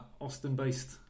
Austin-based